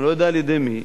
אני לא יודע על-ידי מי,